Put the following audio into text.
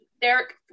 Derek